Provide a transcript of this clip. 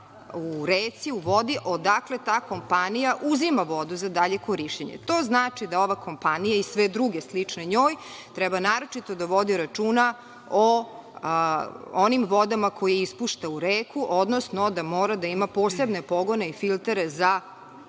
u reci, u vodi odakle ta kompanija uzima vodu za dalje korišćenje. To znači da ova kompanija i sve druge slične njoj treba naročito da vode računa o onim vodama koje ispušta u reku, odnosno da mora da ima posebne pogone i filtere za